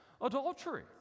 adultery